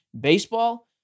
Baseball